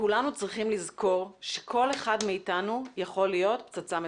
כולנו צריכים לזכור שכל אחד מאיתנו יכול להיות פצצה מתקתקת.